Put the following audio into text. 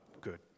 good